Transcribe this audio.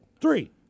Three